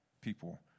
people